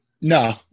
No